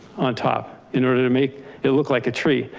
on top in order to make it look like a tree,